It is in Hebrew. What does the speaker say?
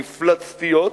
מפלצתיות,